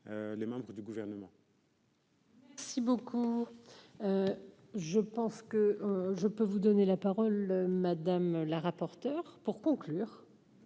les membres du gouvernement. Si beaucoup je pense que je peux vous donner la parole madame la rapporteure pour conclure.